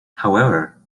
however